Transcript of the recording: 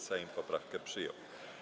Sejm poprawkę przyjął.